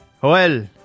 Joel